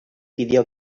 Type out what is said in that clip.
pidió